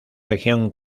región